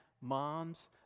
moms